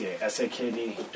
S-A-K-D